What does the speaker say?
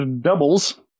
doubles